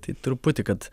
tai truputį kad